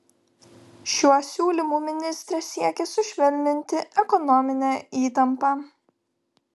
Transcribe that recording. šiuo siūlymu ministrė siekia sušvelninti ekonominę įtampą